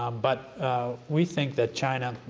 um but we think that china,